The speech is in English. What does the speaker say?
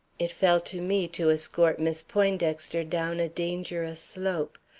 it fell to me to escort miss poindexter down a dangerous slope.